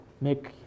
make